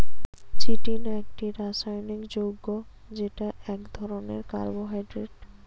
chitin একটি রাসায়নিক যৌগ্য যেটি এক ধরণের কার্বোহাইড্রেট